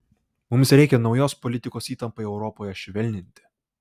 mums reikia naujos politikos įtampai europoje švelninti